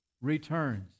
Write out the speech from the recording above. returns